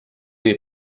nii